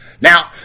Now